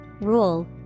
rule